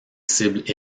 cibles